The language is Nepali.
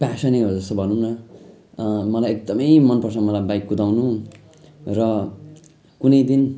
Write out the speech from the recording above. प्यासनै हो जस्तो भनौँ न मलाई एकदमै मन पर्छ मलाई बाइक कुदाउनु र कुनै दिन